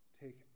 take